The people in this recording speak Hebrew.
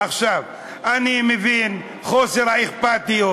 אני מבין את חוסר האכפתיות,